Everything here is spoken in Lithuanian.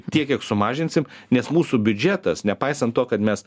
tiek kiek sumažinsim nes mūsų biudžetas nepaisant to kad mes